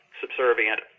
subservient